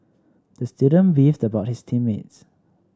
the student beefed about his team mates